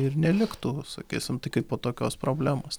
ir neliktų sakysim tai kaipo tokios problemos